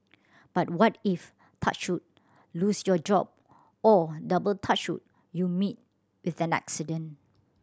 but what if touch wood lose your job or double touch you meet with an accident